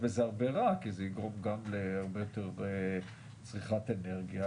בזה הרבה רע כי זה יגרום גם להרבה יותר צריכת אנרגיה